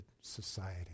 society